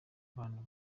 bantu